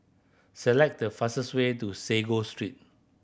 select the fastest way to Sago Street